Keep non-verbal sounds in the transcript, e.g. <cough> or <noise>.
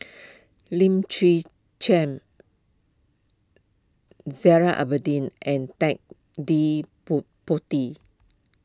<noise> Lim Chwee Chian Zainal Abidin and Ted De Pon Ponti